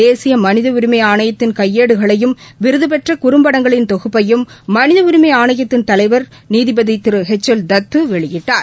தேசிய மனித உரிளம ஆணையத்தின் கையேடுகளையும் விருதுபெற்ற குறும்படங்களின் தொகுப்பையும் மனித உரிமை ஆணையத்தின் தலைவர் நீதிபதி திரு எச் எல் தத் வெளியிட்டார்